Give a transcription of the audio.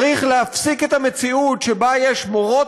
צריך להפסיק את המציאות שבה יש מורות